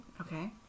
Okay